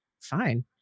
Fine